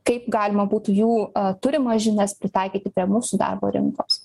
kaip galima būtų jų turimas žinias pritaikyti prie mūsų darbo rinkos